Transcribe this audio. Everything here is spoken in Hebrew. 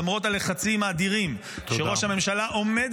למרות הלחצים האדירים שראש הממשלה עומד